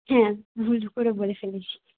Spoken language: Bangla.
হ্যাঁ ভুল করে বলে ফেলেছি